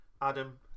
Adam